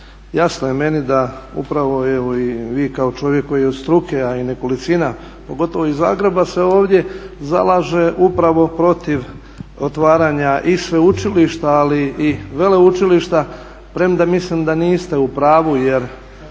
jasno je meni da upravo evo i vi kao čovjek koji je od struke, a i nekolicina pogotovo iz Zagreba se ovdje zalaže upravo protiv otvaranja i sveučilišta, ali i veleučilišta, premda mislim da niste u pravu jer